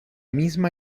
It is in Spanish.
misma